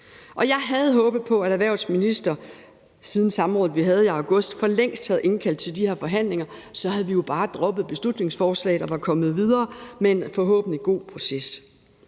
jeg havde håbet på, at erhvervsministeren siden samrådet, vi havde i august, for længst havde indkaldt til de her forhandlinger; så havde vi jo bare droppet beslutningsforslaget og var kommet videre med en forhåbentlig god proces.